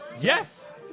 Yes